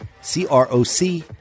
C-R-O-C